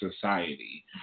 society